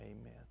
Amen